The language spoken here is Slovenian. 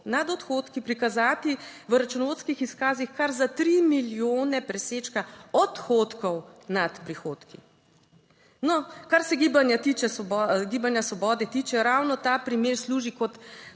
nad odhodki prikazati v računovodskih izkazih kar za tri milijone presežka odhodkov nad prihodki. No, kar se tiče, Gibanja Svobode tiče, ravno ta primer služi kot